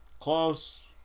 Close